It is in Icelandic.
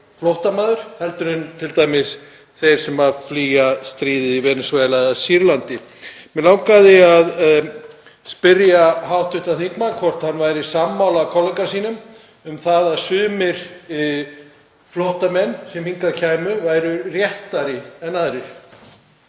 flóttamaður heldur en t.d. þeir sem flýja stríð í Venesúela eða Sýrlandi. Mig langaði að spyrja hv. þingmann hvort hann væri sammála kollega sínum um það að sumir flóttamenn sem hingað kæmu væru réttari en aðrir.